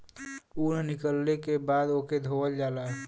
ऊन निकलले के बाद ओके धोवल जाला